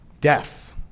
Death